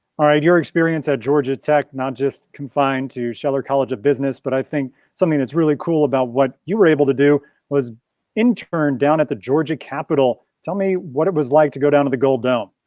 all right, your experience at georgia tech, not just confined to scheller college of business, but i think something that's really cool about what you were able to do was intern down at the georgia capitol. tell me what it was like to go down to the gold dome.